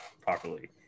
properly